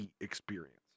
experience